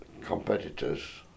competitors